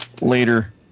later